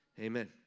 Amen